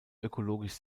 ökologisch